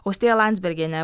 austėja landsbergienė